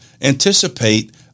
anticipate